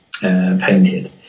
painted